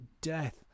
death